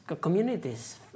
communities